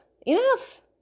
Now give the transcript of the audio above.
Enough